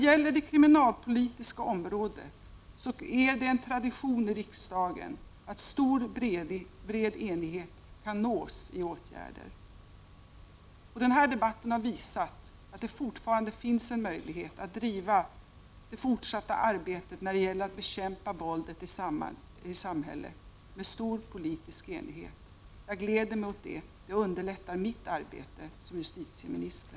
På det kriminalpolitiska området är det en tradition i riksdagen att stor och bred enighet kan nås när det gäller åtgärder. Den här debatten har visat att det fortfarande finns en möjlighet att driva det fortsatta arbetet med att bekämpa våldet i samhället med stor politisk enighet. Jag gläder mig åt det. Det underlättar mitt arbete som justitieminister.